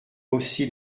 aussi